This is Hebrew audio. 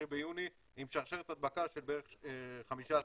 ביוני עם שרשרת הדבקה של בערך 15 אנשים.